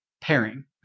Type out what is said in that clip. pairing